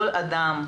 כל אדם,